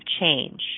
change